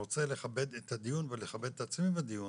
רוצה לכבד את הדיון ולכבד את עצמי בדיון,